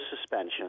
suspension